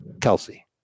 Kelsey